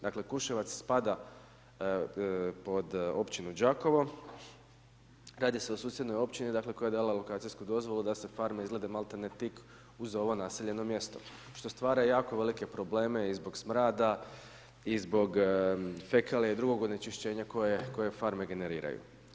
Dakle Kuševac spada pod općinu Đakovo, radi se o susjednoj općini dakle koja je dala lokacijsku dozvolu da se farme izgrade maltene tik uz ovo naseljeno mjesto što stvara jako velike probleme i zbog smrada i zbog fekalija i drugog onečišćenja koje farme generiraju.